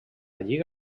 lliga